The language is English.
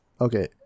Okay